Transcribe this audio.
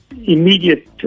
immediate